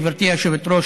גברתי היושבת-ראש,